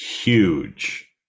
huge